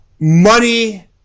Money